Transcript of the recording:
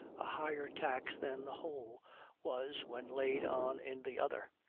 a higher tax than the whole was when laid on in the other,